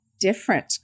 different